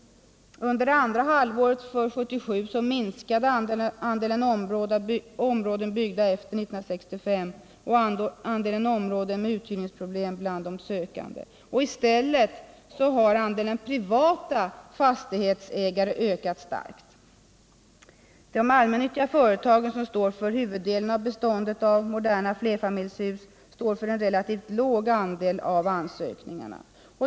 Under andra halvåret 1977 minskade andelen ornråden byggda efter 1965 och andelen områden med uthyrningsproblem bland de sökande. I stället har andelen privata fastighetsägare ökat starkt. De allmännyttiga företagen, som står för huvuddelen av beståndet av moderna flerfamiljshus, står för en relativt låg andel av ansökningarna.